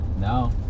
No